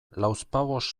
lauzpabost